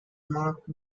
mark